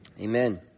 Amen